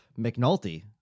McNulty